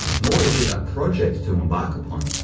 nor is it a project to embark upon.